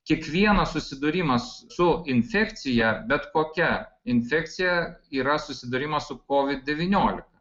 kiekvienas susidūrimas su infekcija bet kokia infekcija yra susidūrimas su kovid devyniolik